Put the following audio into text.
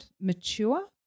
mature